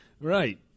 Right